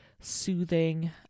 soothing